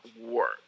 work